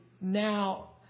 now